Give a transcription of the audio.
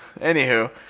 Anywho